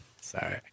Sorry